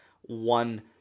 one